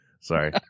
Sorry